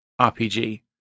RPG